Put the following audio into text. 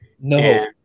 No